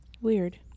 Weird